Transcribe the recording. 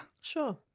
sure